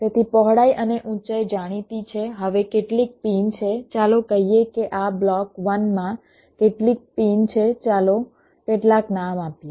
તેથી પહોળાઈ અને ઊંચાઈ જાણીતી છે હવે કેટલીક પિન છે ચાલો કહીએ કે આ બ્લોક 1 માં કેટલીક પિન છે ચાલો કેટલાક નામ આપીએ